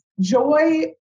joy